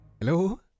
Hello